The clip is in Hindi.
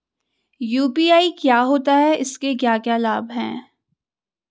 यु.पी.आई क्या होता है इसके क्या क्या लाभ हैं?